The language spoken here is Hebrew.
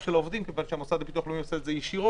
של העובדים כיוון שהמוסד לביטוח לאומי עושה את זה ישירות.